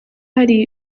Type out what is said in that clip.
hari